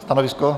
Stanovisko?